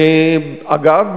אגב,